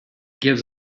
gives